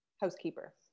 housekeeper